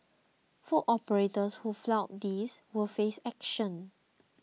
food operators who flout this will face action